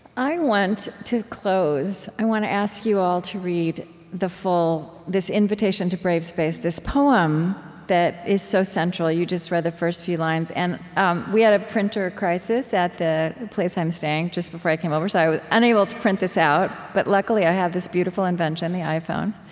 i want to close, i want to ask you all to read the full this invitation to brave space, this poem that is so central you just read the first few lines. and um we had a printer crisis at the place i'm staying, just before i came over, so i was unable to print this out. but luckily i had this beautiful invention, the iphone,